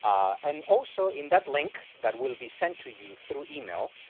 um um also in that link, that will be sent to you through email,